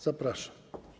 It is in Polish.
Zapraszam.